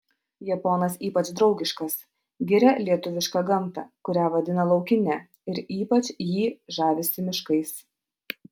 japonas ypač draugiškas giria lietuvišką gamtą kurią vadina laukine ir ypač jį žavisi miškais